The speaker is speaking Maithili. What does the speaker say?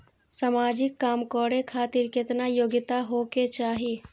समाजिक काम करें खातिर केतना योग्यता होके चाही?